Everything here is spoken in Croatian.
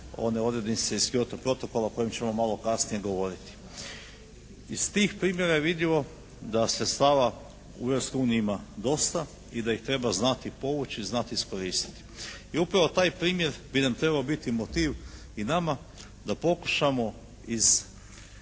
one odrednice iz Kyoto protokola o kojem ćemo malo kasnije govoriti. Iz tih primjera je vidljivo da sredstava u Europskoj uniji ima dosta i da ih treba znati povući i znati iskoristiti i upravo taj primjer bi nam trebao biti motiv i nama da pokušamo iz